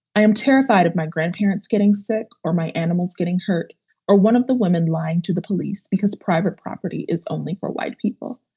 i am terrified of my grandparents getting sick or my animals getting hurt or one of the women lying to the police because private property is only for white people.